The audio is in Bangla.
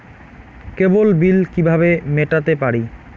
কেবল বিল কিভাবে মেটাতে পারি?